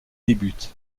débutent